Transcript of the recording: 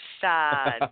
sad